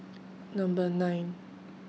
Number nine